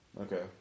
Okay